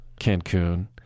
Cancun